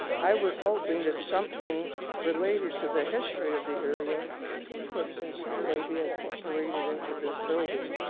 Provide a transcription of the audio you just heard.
i was hoping that something related to the history of the area could in some way be incorporated into this building.